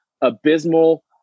abysmal